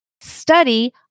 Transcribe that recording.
study